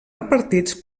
repartits